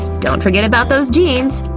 don't forget about those jeans!